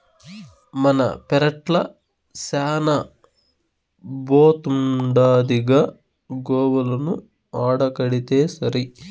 మన పెరట్ల శానా బోతుండాదిగా గోవులను ఆడకడితేసరి